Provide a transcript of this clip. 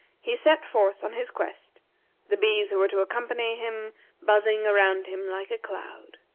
he set forth on his quest the bees who were to accompany him buzzing around him like a cloud.